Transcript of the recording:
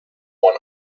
won